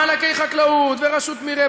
מענקי חקלאות ורשות מרעה.